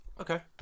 okay